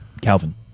Calvin